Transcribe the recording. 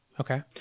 Okay